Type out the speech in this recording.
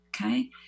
okay